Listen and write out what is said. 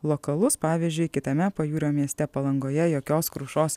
lokalus pavyzdžiui kitame pajūrio mieste palangoje jokios krušos